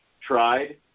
tried